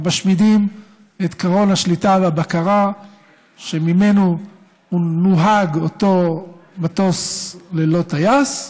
ומשמידים את קרון השליטה והבקרה שממנו נוהג אותו מטוס ללא טייס.